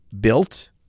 built